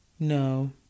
No